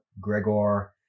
Gregor